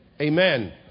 amen